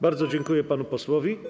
Bardzo dziękuję panu posłowi.